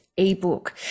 ebook